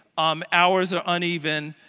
um hours of uneven.